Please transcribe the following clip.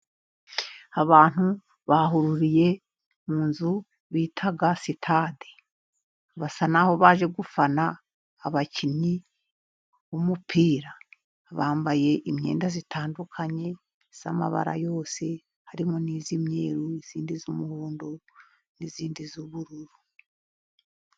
Abantu bahuriye mu nzu bita sitade. Basa n'aho baje gufana abakinnyi b'umupira. Bambaye imyenda itandukanye y'amabara yose. Harimo n'iy'imyeru. Iyindi y'umuhondo n'indi y'ubururu.